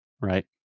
right